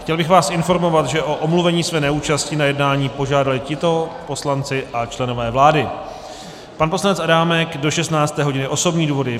Chtěl bych vás informovat, že o omluvení své neúčasti na jednání požádali tito poslanci a členové vlády: pan poslanec Adámek do 16. hodiny, osobní důvody.